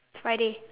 friday